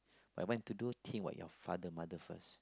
whatever you want to do think about your mother father first